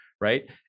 right